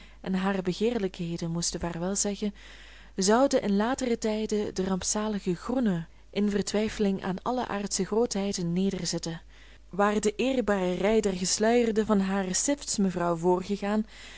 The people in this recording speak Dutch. en hare begeerlijkheden moesten vaarwel zeggen zouden in latere tijden de rampzalige groenen in vertwijfeling aan alle aardsche grootheid nederzitten waar de eerbare rij der gesluierden van hare stiftsmevrouw voorgegaan